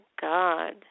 God